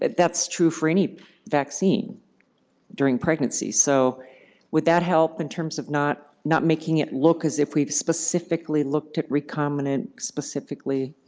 that's true for any vaccine during pregnancy. so would that help in terms of not not making it look as if we've specifically looked at recombinant specifically?